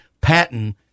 Patton